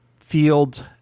Fields